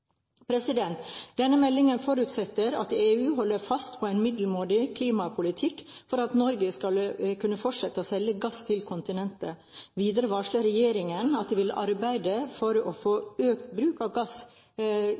Denne meldingen forutsetter at EU holder fast på en middelmådig klimapolitikk for at Norge skal kunne fortsette å selge gass til kontinentet. Videre varsler regjeringen at de vil arbeide for å få økt bruk av gass